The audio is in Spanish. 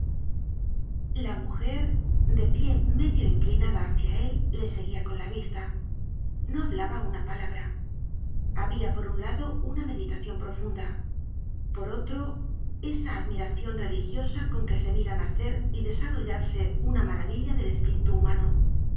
la mujer de pie medio inclinada hácia él le seguia con la vista no hablaba una palabra habia por un lado una meditacion profunda por otro esa admiracion religiosa con que se mira nacer y desarrollarse una maravilla del espíritu humano